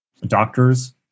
Doctors